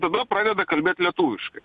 tada pradeda kalbėt lietuviškai